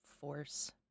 force